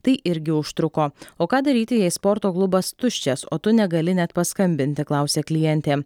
tai irgi užtruko o ką daryti jei sporto klubas tuščias o tu negali net paskambinti klausia klientė